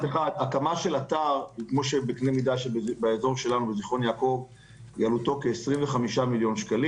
עלות ההקמה של אתר בקנה מידה כמו בזכרון יעקב היא כ-25 מיליון שקלים.